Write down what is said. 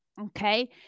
okay